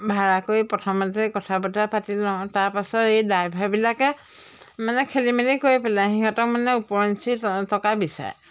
ভাড়া কৰি প্ৰথমতেই কথা বতৰা পাতি লওঁ তাৰপাছত এই ডাইভাৰবিলাকে মানে খেলিমেলি কৰি পেলাই সিঁহতক মানে ওপৰঞ্চি টকা বিচাৰে